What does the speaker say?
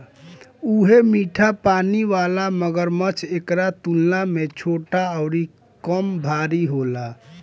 उहे मीठा पानी वाला मगरमच्छ एकरा तुलना में छोट अउरी कम भारी होला